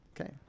Okay